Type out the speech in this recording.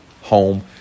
home